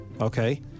Okay